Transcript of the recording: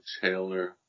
Taylor